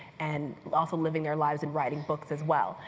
and also living their lives and writing books as well?